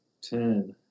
ten